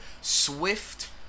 swift